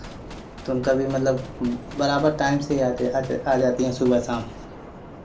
तो उनका भी मतलब बराबर टाइम से आ आ जाती है सुबह शाम